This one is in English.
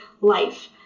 life